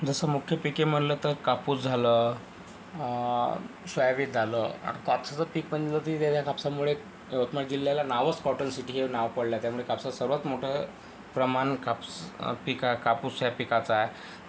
जसं मुख्य पिके म्हणलं तर कापूस झालं सोयाबीन झालं कापसाचं पीक म्हटलं की या कापसामुळे यवतमाळ जिल्ह्यला नावच कॉटन सिटी हे नाव पडलं आहे त्यामुळे कापसाचं सर्वांत मोठं प्रमाण कापूस या पिका कापूस या पिकाचं आहे